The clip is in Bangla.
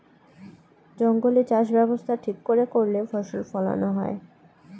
জঙ্গলে চাষ ব্যবস্থা ঠিক করে করলে ফসল ফোলানো হয়